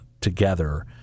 together